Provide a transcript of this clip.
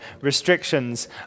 Restrictions